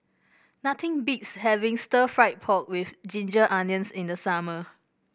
nothing beats having stir fry pork with Ginger Onions in the summer